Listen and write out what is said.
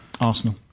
Arsenal